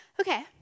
Okay